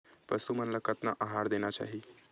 पशु मन ला कतना आहार देना चाही?